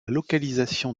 localisation